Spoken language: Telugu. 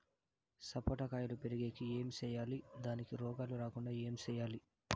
సపోట కాయలు పెరిగేకి ఏమి సేయాలి దానికి రోగాలు రాకుండా ఏమి సేయాలి?